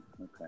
Okay